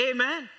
Amen